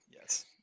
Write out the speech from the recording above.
Yes